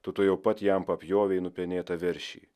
tu tuojau pat jam papjovei nupenėtą veršį